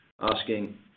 asking